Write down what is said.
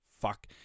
fuck